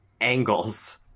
angles